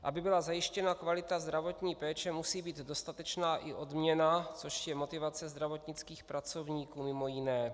Aby byla zajištěna kvalita zdravotní péče, musí být dostatečná i odměna, což je motivace zdravotnických pracovníků mimo jiné.